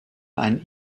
ein